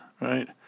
right